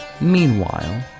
Meanwhile